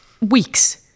weeks